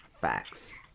Facts